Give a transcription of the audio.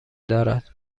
دارد